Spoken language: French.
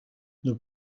nous